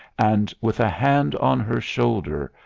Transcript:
and, with a hand on her shoulder,